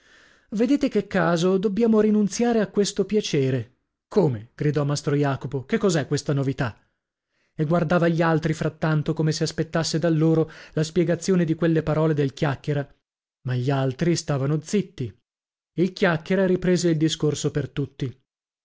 vedete che caso dobbiamo rinunziare a questo piacere come gridò mastro jacopo che cos'è questa novità e guardava gli altri frattanto come se aspettasse da loro la spiegazione di quelle parole del chiacchiera ma gli altri stavano zitti il chiacchiera riprese il discorso per tutti